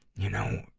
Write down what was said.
you know,